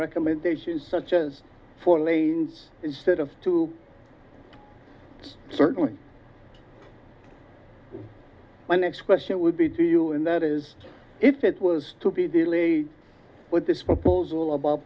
recommendations such as four lanes instead of two certainly my next question would be to you and that is if it was to be delayed with this proposal about